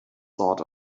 thought